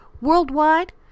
Worldwide